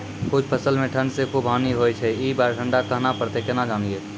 कुछ फसल मे ठंड से खूब हानि होय छैय ई बार ठंडा कहना परतै केना जानये?